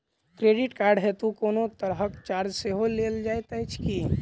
Credit card हेतु कोनो तरहक चार्ज सेहो लेल जाइत अछि की?